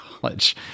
College